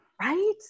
Right